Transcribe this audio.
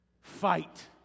Fight